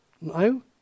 No